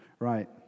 Right